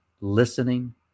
listening